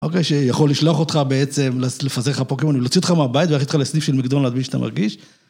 אוקיי, שיכול לשלוח אותך בעצם, לפזר לך פוקימון, הוא יוצא אותך מהבית וילך איתך לסניף של מקדנלדס בלי שאתה מרגיש.